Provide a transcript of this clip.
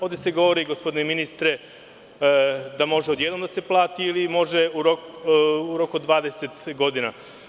Ovde se govori, gospodine ministre, da može odjednom da se plati ili da može u roku od 20 godina.